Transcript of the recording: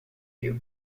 più